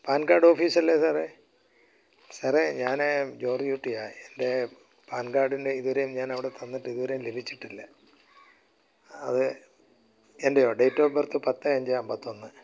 pan card office അല്ലേ സാറേ സാറേ ഞാൻ ജോർജ് കുട്ടിയാണ് എന്റെ പാൻ കാർഡിന്റെ ഇതുവരെയും ഞാൻ അവിടെ തന്നിട്ട് ഇതുവരെയും ലഭിച്ചിട്ടില്ല അത് എൻ്റെയോ ഡേറ്റ് ഓഫ് ബർത്ത് പത്ത് അഞ്ച് അമ്പത്തൊന്ന്